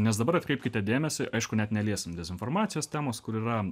nes dabar atkreipkite dėmesį aišku net neliesim dezinformacijos temos kur yra